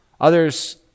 Others